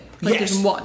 Yes